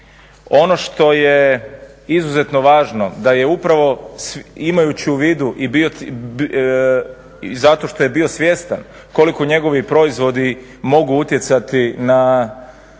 Ono što je izuzetno važno da je upravo imajući u vidu i zato što je bio svjestan koliko njegovi proizvodi mogu utjecati na